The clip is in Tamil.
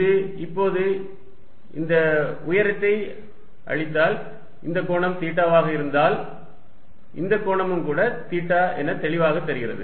இது இப்போது இந்த உயரத்தை அழித்தால் இந்த கோணம் தீட்டாவாக இருந்தால் இந்த கோணமும் கூட தீட்டா என தெளிவாகத் தெரிகிறது